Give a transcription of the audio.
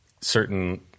certain